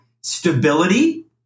stability